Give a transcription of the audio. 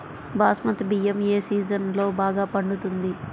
బాస్మతి బియ్యం ఏ సీజన్లో బాగా పండుతుంది?